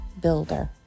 builder